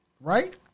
right